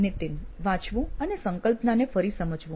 નીતિન વાંચવું અને સંકલ્પનાને ફરી સમજવું